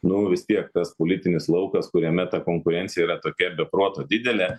nu vistiek tas politinis laukas kuriame ta konkurencija yra tokia be proto didelė